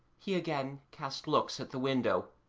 he again cast looks at the window.